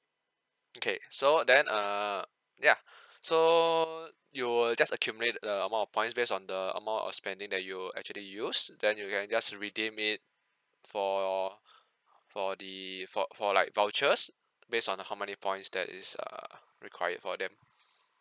okay so then uh ya so you will just accumulate the amount of points based on the amount of spending that you'll actually use then you can just redeem it for your for the for for like vouchers based on how many points that is err required for them